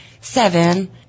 seven